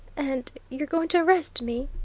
and you're going to arrest me?